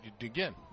again